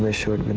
ah sure,